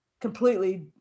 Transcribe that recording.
completely